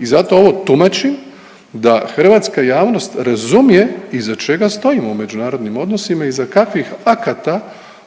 i zato ovo tumačim da hrvatska javnost razumije iza čega stojimo u međunarodnim odnosima, iza kakvih akata